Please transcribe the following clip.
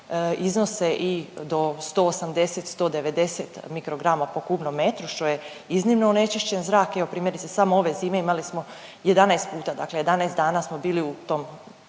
iznose i do 180, 190 mikrograma po kubnom metru, što je iznimno onečišćen zrak. Evo, primjerice, samo ove zime imali smo 11 puta, dakle 11 dana smo bili u tom,